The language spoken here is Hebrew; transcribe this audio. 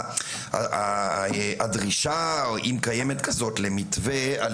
הדרישה למתווה,